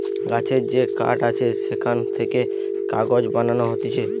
গাছের যে কাঠ আছে সেখান থেকে কাগজ বানানো হতিছে